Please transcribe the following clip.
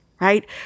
right